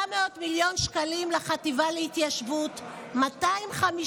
400 מיליון שקלים לחטיבה להתיישבות, 250